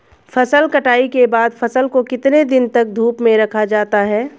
फसल कटाई के बाद फ़सल को कितने दिन तक धूप में रखा जाता है?